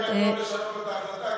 תשתדלי רק לא לשנות את ההחלטה,